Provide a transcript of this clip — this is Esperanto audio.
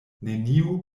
neniu